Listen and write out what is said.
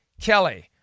kelly